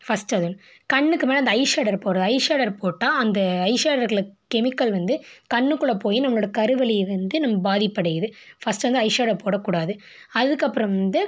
first அது கண்ணுக்கு மேலே அந்த ஐ ஷேடர் போடுறது ஐ ஷேடர் போட்டால் அந்த ஐ ஷேடோவில் இருக்கிற கெமிக்கல் வந்து கண்ணுக்குள்ளே போய் நம்மளோடய கருவிழியை வந்து நம்ம பாதிப்பு அடையது ஃபர்ஸ்ட்டு வந்து ஐ ஷேடோ போடக்கூடாது அதுக்கப்புறம் வந்து